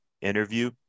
interview